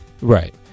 Right